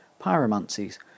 pyromancies